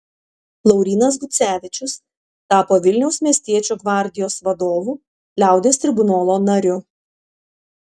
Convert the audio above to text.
laurynas gucevičius tapo vilniaus miestiečių gvardijos vadovu liaudies tribunolo nariu